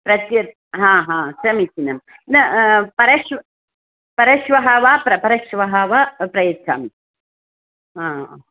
प्रत्यर् हा हा समीचीनं न परश्व परश्वः वा प्रपरश्वः वा प्रयच्छामि हा